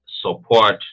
support